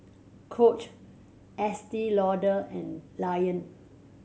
Coach Estee Lauder and Lion